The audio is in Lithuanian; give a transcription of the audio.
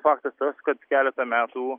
faktas tas kad keletą metų